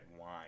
wine